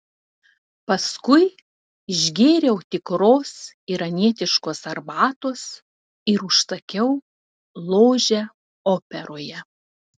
paskui išgėriau tikros iranietiškos arbatos ir užsakiau ložę operoje